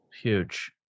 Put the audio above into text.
Huge